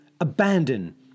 Abandon